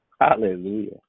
Hallelujah